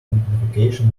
amplification